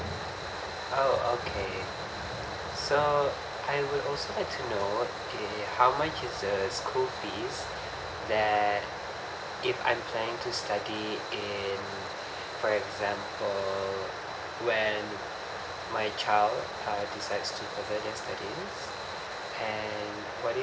uh okay so I will also like to know the how much is the school fees that if I am planning to study in for example when my child decides to further their studies and what do you